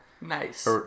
Nice